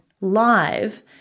live